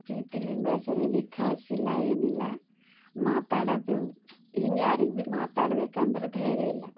ಪ್ರೀತಿಯಿಂದ ಬೆಳೆಸ್ಯಾರ ಎಲ್ಲಿಗೆ ಕಳಿಸಿಲ್ಲ ಏನಿಲ್ಲ ಮಾತಾಡೋದು ಹಿಂಗೆ ಯಾರಿಗೆ ಭೀ ಮಾತಾಡ್ಬೇಕಂದ್ರೆ ಧೈರ್ಯ ಇಲ್ಲ